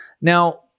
Now